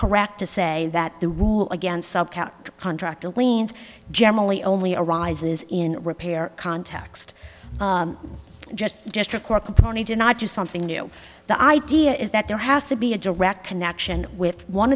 correct to say that the rule against contractors means generally only arises in repair context just just require component and not just something new the idea is that there has to be a direct connection with one